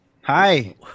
Hi